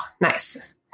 nice